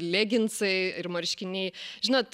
leginsai ir marškiniai žinot